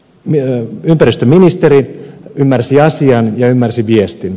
onneksi ympäristöministeri ymmärsi asian ja ymmärsi viestin